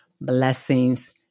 Blessings